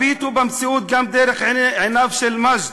הביטו במציאות גם דרך עיניו של מג'ד,